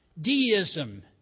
Deism